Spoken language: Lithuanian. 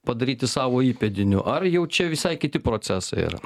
padaryti savo įpėdiniu ar jau čia visai kiti procesai yra